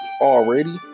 already